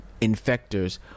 infectors